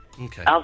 Okay